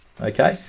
Okay